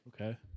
Okay